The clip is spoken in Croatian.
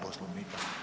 Poslovnika.